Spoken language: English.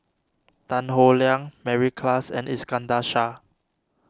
Tan Howe Liang Mary Klass and Iskandar Shah